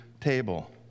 table